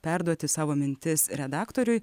perduoti savo mintis redaktoriui